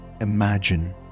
Imagine